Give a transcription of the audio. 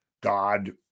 God